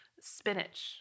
spinach